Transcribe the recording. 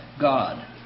God